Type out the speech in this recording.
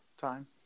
time